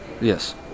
Yes